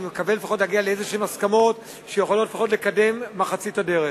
אני מקווה להגיע לפחות לאיזשהן הסכמות שיכולות לקדם לפחות מחצית הדרך.